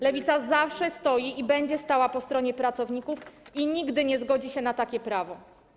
Lewica stoi i zawsze będzie stała po stronie pracowników, i nigdy nie zgodzi się na takie prawo.